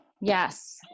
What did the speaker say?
yes